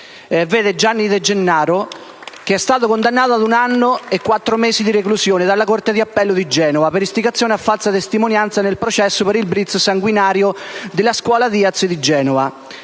Gianni De Gennaro che è stato condannato a un anno e quattro mesi di reclusione dalla Corte d'appello di Genova per istigazione a falsa testimonianza nel processo per il *blitz* sanguinario della scuola Diaz di Genova.